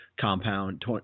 compound